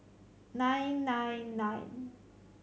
nine nine nine